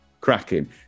Cracking